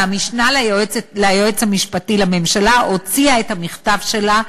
והמשנה ליועץ המשפטי לממשלה הוציאה את המכתב שלה,